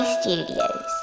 Studios